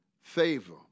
favor